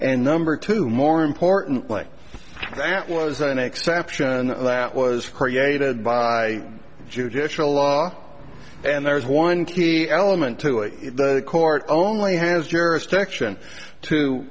and number two more importantly that was an exception that was created by judicial law and there's one key element to it the court only has jurisdiction to